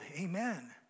Amen